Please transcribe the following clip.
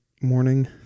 morning